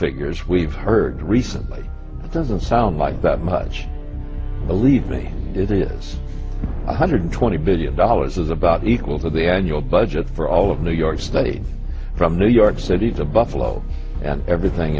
figures we've heard recently that doesn't sound like that much believe me it is one hundred twenty billion dollars is about equal to the annual budget for all of new york state from new york city to buffalo and everything